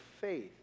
faith